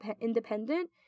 independent